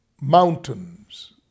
mountains